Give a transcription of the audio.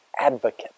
advocate